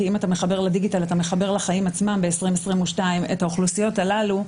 כי אם אתה מחבר לדיגיטל אתה מחבר לחיים עצמם ב-2022 את האוכלוסיות הללו,